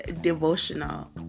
devotional